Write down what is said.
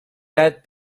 that